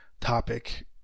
topic